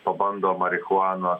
pabando marihuanos